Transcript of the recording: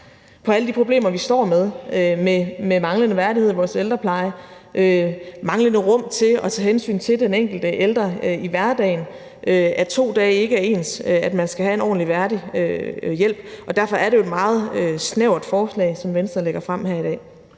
på alle de problemer, vi står med, med manglende værdighed i vores ældrepleje, manglende rum til at tage hensyn til den enkelte ældre i hverdagen, til, at 2 dage ikke er ens og at man skal have en ordentlig og værdig hjælp. Derfor er det jo et meget snævert forslag, som Venstre har fremsat